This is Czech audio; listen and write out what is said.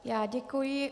Já děkuji.